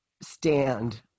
stand